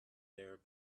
their